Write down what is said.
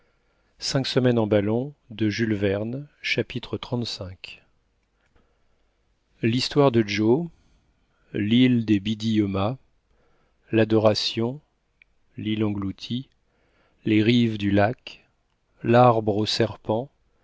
chapitre xxxv l'histoire de joe l'île des biddiomahs l'adoration lîle engloutie les rives du lac l'arbre aux serpents